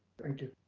thank you.